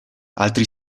altri